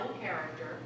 character